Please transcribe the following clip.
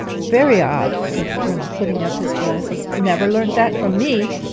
very odd said the colonel, putting up his glasses never learnt that from me